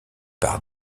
par